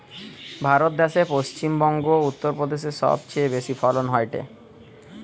ভারত দ্যাশে পশ্চিম বংগো, উত্তর প্রদেশে সবচেয়ে বেশি ফলন হয়টে